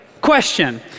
question